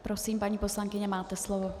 Prosím, paní poslankyně, máte slovo.